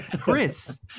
chris